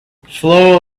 floral